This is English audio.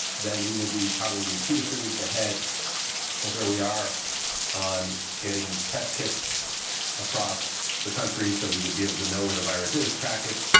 then we would be probably two to three weeks ahead of where we are on getting test kits across the country. so we would be able to know where the virus is, track it.